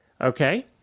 Okay